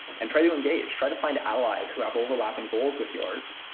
and try to engage. try to find allies who have overlapping goals with yours.